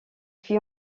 fit